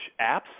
apps